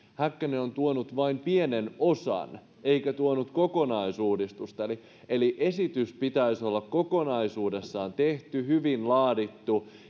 häkkänen on tuonut vain pienen osan eikä tuonut kokonaisuudistusta eli eli esityksen pitäisi olla kokonaisuudessaan tehty ja hyvin laadittu